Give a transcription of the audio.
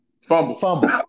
Fumble